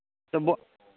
तब्बो